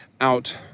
out